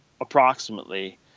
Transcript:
approximately